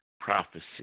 prophecy